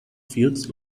feels